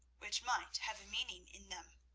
which might have a meaning in them.